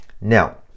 now